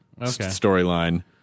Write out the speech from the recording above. storyline